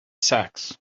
sacks